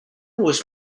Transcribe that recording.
was